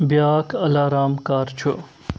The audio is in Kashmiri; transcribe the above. بیاکھ الارام کر چھُ ؟